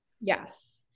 Yes